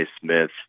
Smith